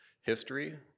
history